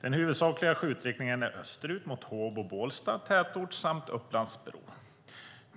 Den huvudsakliga skjutriktningen är österut mot Håbo och Bålsta tätort samt Upplands-Bro.